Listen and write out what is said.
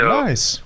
nice